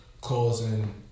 causing